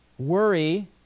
worry